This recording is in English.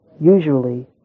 usually